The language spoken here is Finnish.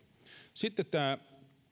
sitten tämä